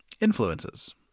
influences